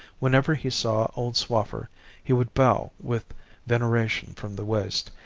whenever he saw old swaffer he would bow with veneration from the waist,